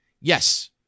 Yes